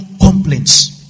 complaints